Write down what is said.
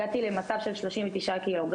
הגעתי למצב של 39 קילוגרם,